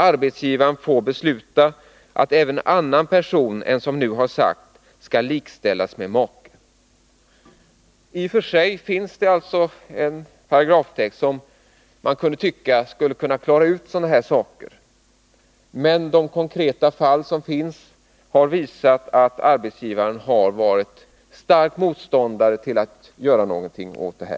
Arbetsgivaren får besluta att även annan person än som nu har sagts skall likställas med make.” Här finns det alltså en paragraftext som man kunde tycka skulle kunna klara ut sådana här saker, men de konkreta fall som finns har visat att arbetsgivaren har varit stark motståndare till att göra någonting åt detta.